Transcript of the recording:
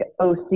oc